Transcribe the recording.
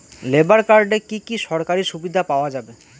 Labour কার্ডে কি কি সরকারি সুবিধা পাওয়া যাবে?